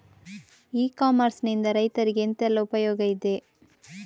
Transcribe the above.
E commerce ನಿಂದ ರೈತರಿಗೆ ಎಂತೆಲ್ಲ ಉಪಯೋಗ ಇದೆ?